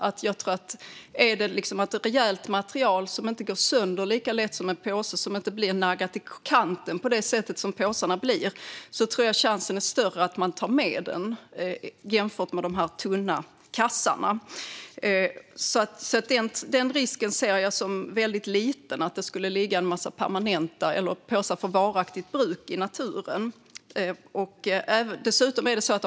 Om kassen är av ett rejält material som inte går sönder lika lätt som en påse och som inte blir naggat i kanten på det sätt som de tunna plastpåsarna blir tror jag att chansen är större att man tar med den. Jag ser risken för att det skulle ligga en massa påsar för varaktigt bruk i naturen som väldigt liten.